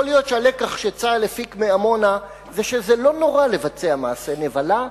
יכול להיות שהלקח שצה"ל הפיק מעמונה הוא שזה לא נורא לעשות מעשה נבלה,